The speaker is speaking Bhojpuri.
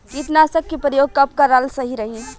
कीटनाशक के प्रयोग कब कराल सही रही?